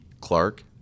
Clark